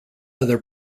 other